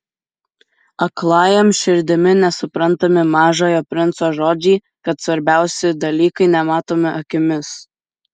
aklajam širdimi nesuprantami mažojo princo žodžiai kad svarbiausi dalykai nematomi akimis